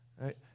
right